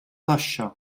taxxa